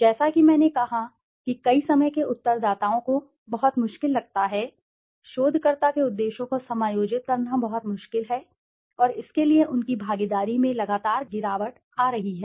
जैसा कि मैंने कहा कि कई समय के उत्तरदाताओं को बहुत मुश्किल लगता है शोधकर्ता के उद्देश्यों को समायोजित करना बहुत मुश्किल है और इसके लिए उनकी भागीदारी में लगातार गिरावट आ रही है